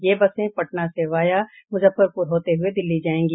ये बसें पटना से वॉया मुजफ्फरपुर होते हुए दिल्ली जायेंगी